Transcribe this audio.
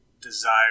desire